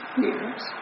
years